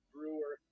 Brewer